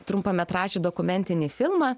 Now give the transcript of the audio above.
trumpametražį dokumentinį filmą